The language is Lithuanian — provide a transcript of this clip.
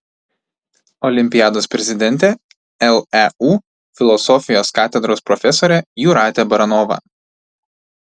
olimpiados prezidentė leu filosofijos katedros profesorė jūratė baranova